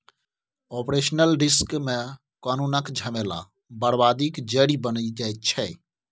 operational risk मे कानुनक झमेला बरबादीक जरि बनि जाइ छै